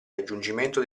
raggiungimento